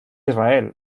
israel